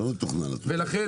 לכן